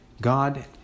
God